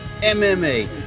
mma